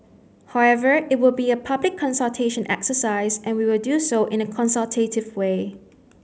however it will be a public consultation exercise and we will do so in a consultative way